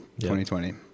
2020